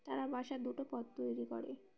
তারা বাসার দুটো পথ তৈরি করে